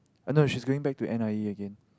ah no she's going back to N_I_E again